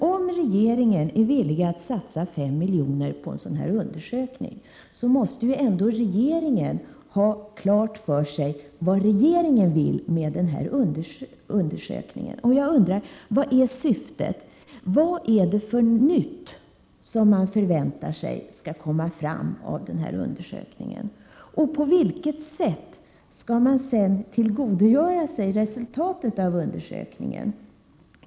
Om regeringen är villig att satsa 5 milj.kr. på en sådan här undersökning måste regeringen väl ändå ha klart för sig vad den vill uppnå med denna undersökning. Vad är syftet? Vad är det för nytt som man förväntar sig skall komma fram av denna undersökning? På vilket sätt skall man sedan tillgodogöra sig resultatet av undersökningen?